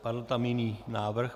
Padl tam jiný návrh?